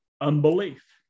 unbelief